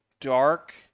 dark